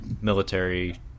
military